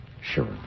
sure